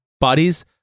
bodies